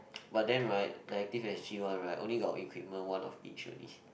but then right the Active S_G one right only got equipment one of each only